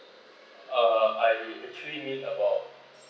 uh I actually need about